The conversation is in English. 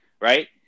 right